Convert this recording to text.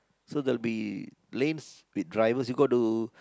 so there'll be lanes with drivers you got to